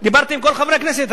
דיברתי עם כל חברי הכנסת.